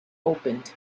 opened